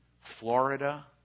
Florida